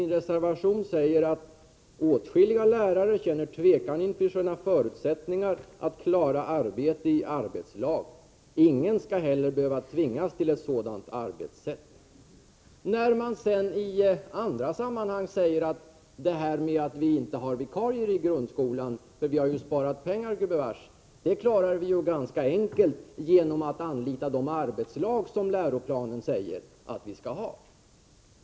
I reservation 2 säger man: Åtskilliga lärare känner osäkerhet inför sina förutsättningar att klara arbete i arbetslag. Ingen skall heller behöva tvingas till ett sådant arbetssätt. I andra sammanhang säger man att orsaken till att vi inte har vikarier i grundskolan är att vi gubevars har sparat pengar, men det klarar vi ganska enkelt genom att anlita de arbetslag som läroplanen säger att vi skall ha.